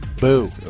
Boo